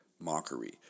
mockery